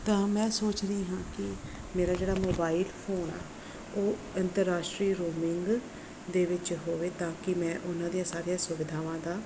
ਤਾਂ ਮੈਂ ਸੋਚ ਰਹੀ ਹਾਂ ਕਿ ਮੇਰਾ ਜਿਹੜਾ ਮੋਬਾਈਲ ਫੋਨ ਆ ਉਹ ਅੰਤਰਰਾਸ਼ਟਰੀ ਰੋਮਿੰਗ ਦੇ ਵਿੱਚ ਹੋਵੇ ਤਾਂ ਕਿ ਮੈੈਂ ਉਹਨਾਂ ਦੀਆਂ ਸਾਰੀਆਂ ਸੁਵਿਧਾਵਾਂ ਦਾ